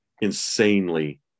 insanely